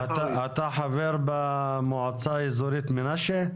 אתה חבר במועצה האזורית מנשה?